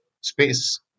space